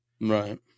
Right